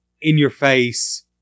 in-your-face